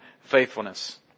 faithfulness